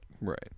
Right